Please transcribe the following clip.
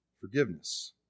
forgiveness